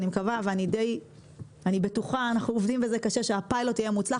אני בטוחה אנחנו עובדים על זה הרבה - שהפיילוט הזה יהיה מוצלח.